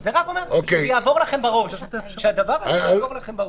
זה רק אומר שהדבר הזה יעבור לכם לראש.